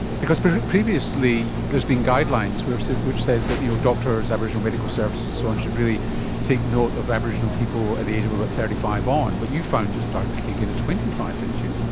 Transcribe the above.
because previously there's been guidelines which so which say that your doctor, aboriginal medical services and so on should really take note of aboriginal people at the age of about thirty five on, but you found it started to kick in at twenty five, didn't you?